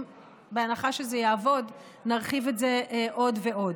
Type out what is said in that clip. בהנחה שזה יעבוד, נרחיב את זה עוד ועוד.